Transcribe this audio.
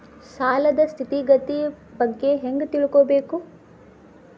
ಸಾಲದ್ ಸ್ಥಿತಿಗತಿ ಬಗ್ಗೆ ಹೆಂಗ್ ತಿಳ್ಕೊಬೇಕು?